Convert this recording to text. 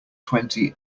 twenty